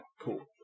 cool